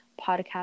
podcast